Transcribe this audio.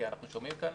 כי אנחנו שומעים כאן